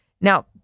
Now